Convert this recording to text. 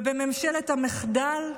ובממשלת המחדל,